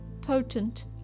potent